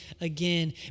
again